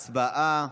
הצבעה,